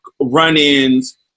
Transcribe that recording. run-ins